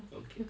okay